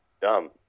dumb